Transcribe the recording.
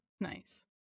Nice